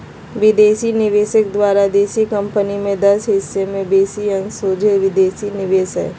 विदेशी निवेशक द्वारा देशी कंपनी में दस हिस् से बेशी अंश सोझे विदेशी निवेश हइ